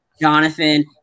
jonathan